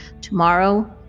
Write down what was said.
Tomorrow